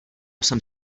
jsem